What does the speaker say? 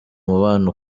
umubano